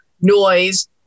noise